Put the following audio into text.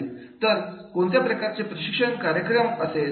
तर कोणत्या प्रकारचा प्रशिक्षण कार्यक्रम असेल